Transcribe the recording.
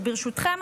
אז ברשותכם,